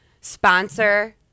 sponsor